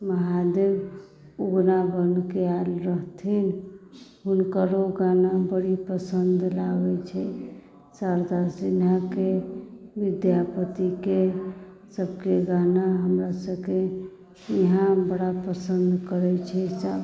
महादेव उगना बनिके आयल रहथिन हुनकरो गाना बड़ी पसन्द लागैत छै शारदा सिन्हाके विद्यापतिके सभके गाना हमरासभके यहाँ बड़ा पसन्द करैत छै सभ